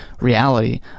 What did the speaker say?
reality